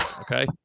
okay